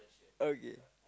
okay